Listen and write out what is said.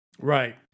Right